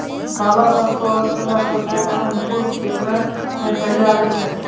काला सरसो और पीला सरसो मे अंकुर केकरा मे पहले आबै छै?